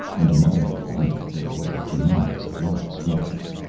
and a mile beyond it there was a tremendous flat structure.